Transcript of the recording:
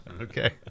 Okay